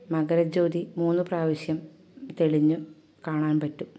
മകരജ്യോതി മൂന്ന് പ്രാവശ്യം തെളിഞ്ഞു കാണാൻപറ്റും